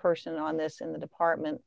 person on this in the department